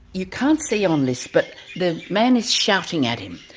you can't see on this but the man is shouting at him,